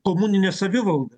komunine savivalda